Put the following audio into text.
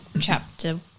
Chapter